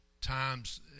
times